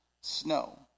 snow